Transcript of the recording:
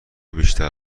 بیشتر